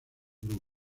grupo